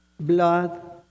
blood